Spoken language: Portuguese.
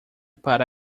para